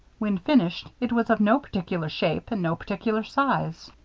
when finished, it was of no particular shape and no particular size.